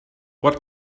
what